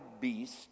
beast